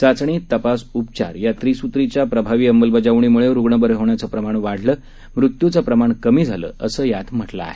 चाचणी तपास उपचार या त्रिसुत्रीच्या प्रभावी अंमलबजावणीमुळे रुग्ण बरे होणाचं प्रमाण वाढलं असुन मृत्यूचं प्रमाण कमी झाल्याचं यात म्हटलं आहे